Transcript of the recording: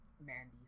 Mandy